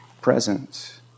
present